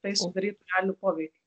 tai sudarytų realų poveikį